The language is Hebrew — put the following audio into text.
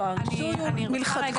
לא, הרישוי הוא מלכתחילה.